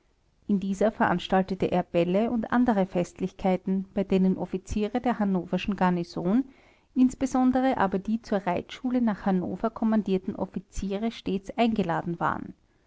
in dieser veranstaltete er bälle und andere festlichkeiten bei denen offiziere der hannoverschen garnison insbesondere aber die zur reitschule nach hannover kommandierten offiziere stets eingeladen waren